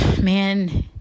man